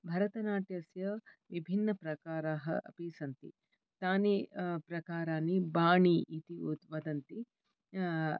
भरतनाट्यस्य विभिन्नप्रकाराः अपि सन्ति तानि प्रकारानि बाणि इति वदन्ति